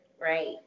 right